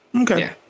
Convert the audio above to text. okay